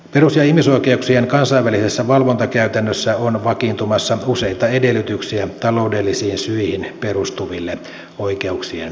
perus ja ihmisoikeuksien kansainvälisessä valvontakäytännössä on vakiintumassa useita edellytyksiä taloudellisiin syihin perustuville oikeuksien heikennyksille